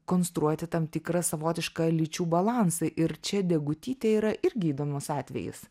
konstruoti tam tikrą savotišką lyčių balansą ir čia degutytė yra irgi įdomus atvejis